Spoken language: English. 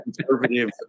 conservative